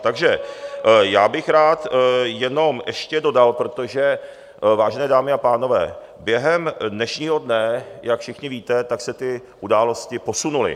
Takže já bych rád jenom ještě dodal, protože, vážené dámy a pánové, během dnešního dne, jak všichni víte, se události posunuly.